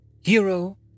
Hero